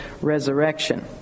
resurrection